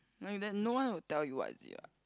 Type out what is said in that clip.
no is that no one will tell you what is it ya